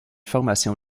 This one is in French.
formation